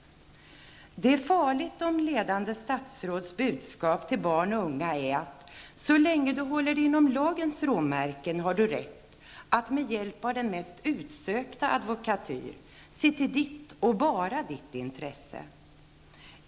Det är farligt om ledande statsråds budskap till barn och unga är, att så länge du håller dig inom lagens råmärken har du rätt att med hjälp av den mest utsökta advokatyr se till ditt och bara ditt intresse.